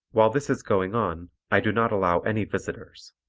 while this is going on i do not allow any visitors.